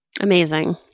Amazing